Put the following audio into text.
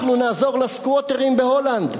אנחנו נעזור ל"סקווטרים" בהולנד.